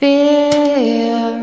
Fear